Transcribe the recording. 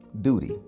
duty